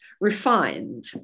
refined